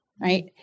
right